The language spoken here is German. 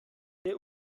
der